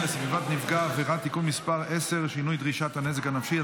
לסביבת נפגע העבירה (תיקון מס' 10) (שינוי דרישת הנזק הנפשי),